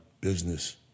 business